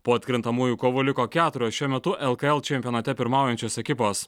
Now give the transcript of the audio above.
po atkrintamųjų kovų liko keturios šiuo metu lkl čempionate pirmaujančios ekipos